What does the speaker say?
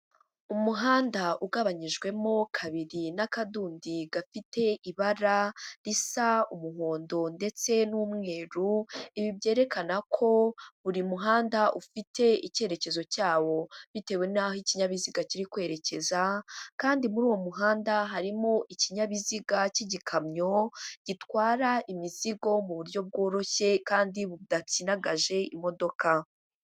Umuhanda ugabanyijwemo kabiri n'akadundi gafite ibara risa umuhondo ndetse n'umweru, ibi byerekana ko buri muhanda ufite icyerekezo cyawo bitewe n'aho ikinyabiziga kiri kwerekeza, kandi muri uwo muhanda harimo ikinyabiziga cy'igikamyo gitwara imizigo mu buryo bworoshye kandi budapyinagaje imodoka.